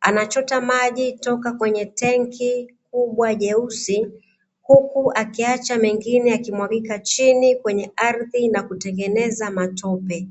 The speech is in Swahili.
anachota maji toka kwenye tenki kubwa jeusi, huku akiacha mengine yakimwagika chini kwenye ardhi na kutengeneza matope.